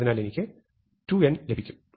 അതിനാൽ എനിക്ക് 2n ലഭിക്കും